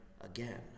again